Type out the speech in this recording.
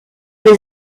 des